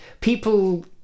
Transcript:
people